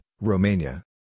Romania